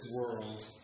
world